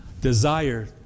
desire